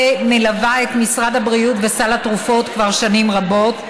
מלווה את משרד הבריאות וסל התרופות כבר שנים רבות,